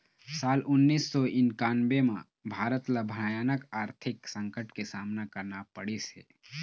साल उन्नीस सौ इन्कानबें म भारत ल भयानक आरथिक संकट के सामना करना पड़िस हे